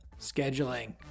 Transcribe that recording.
Scheduling